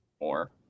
more